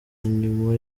nyuma